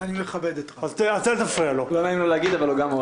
אני מכבד את רם שפע.